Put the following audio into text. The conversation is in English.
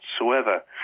whatsoever